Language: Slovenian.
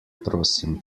prosim